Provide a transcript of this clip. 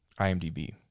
IMDb